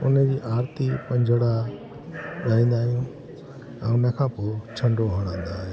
हुनजी आरिती पंजणा गाईंदा आहियूं ऐं हुन खां पोइ छंॾो हणंदा आहियूं